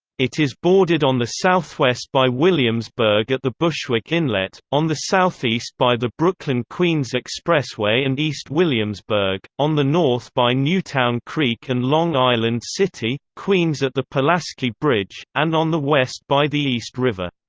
it is bordered on the southwest by williamsburg at the bushwick inlet, on the southeast by the brooklyn-queens expressway and east williamsburg, on the north by newtown creek and long island city, queens at the pulaski bridge, and on the west by the east river.